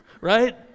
Right